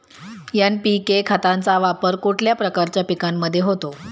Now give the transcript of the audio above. NPK खताचा वापर कुठल्या प्रकारच्या पिकांमध्ये होतो?